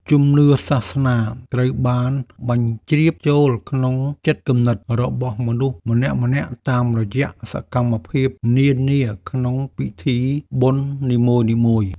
ជំនឿសាសនាត្រូវបានបញ្ជ្រាបចូលក្នុងចិត្តគំនិតរបស់មនុស្សម្នាក់ៗតាមរយៈសកម្មភាពនានាក្នុងពិធីបុណ្យនីមួយៗ។